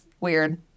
weird